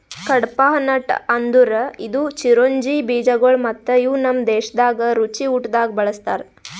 ಕಡ್ಪಾಹ್ನಟ್ ಅಂದುರ್ ಇದು ಚಿರೊಂಜಿ ಬೀಜಗೊಳ್ ಮತ್ತ ಇವು ನಮ್ ದೇಶದಾಗ್ ರುಚಿ ಊಟ್ದಾಗ್ ಬಳ್ಸತಾರ್